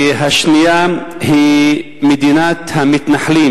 השנייה היא מדינת המתנחלים,